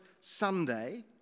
Sunday